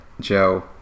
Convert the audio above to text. joe